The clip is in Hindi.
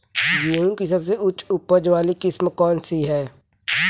गेहूँ की सबसे उच्च उपज बाली किस्म कौनसी है?